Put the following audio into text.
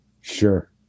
Sure